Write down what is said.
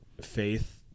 faith